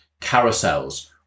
carousels